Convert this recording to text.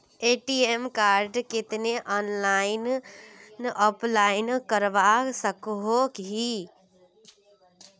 ATM कार्डेर केते online apply करवा सकोहो ही?